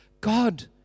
God